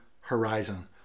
horizon